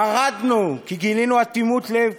מרדנו, כי גילינו אטימות לב